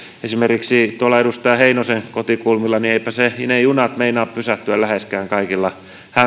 esimerkiksi edustaja heinosen kotikulmilla ne junat meinaa pysähtyä läheskään kaikilla hämeen